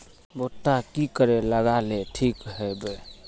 भुट्टा की करे लगा ले ठिक है बय?